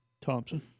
Thompson